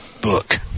book